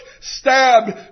stabbed